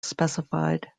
specified